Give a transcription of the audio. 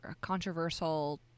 controversial